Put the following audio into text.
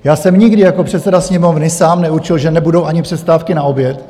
Já jsem nikdy jako předseda Sněmovny sám neurčil, že nebudou ani přestávky na oběd.